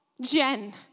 Jen